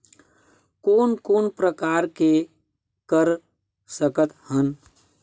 कोन कोन प्रकार के कर सकथ हन?